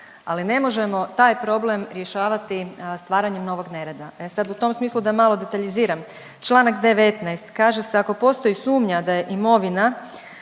Ali ne možemo taj problem rješavati stvaranjem novog nereda. E sad u tom smislu da malo detaljiziram. Članak 19. kaže se, ako postoji sumnja da je imovina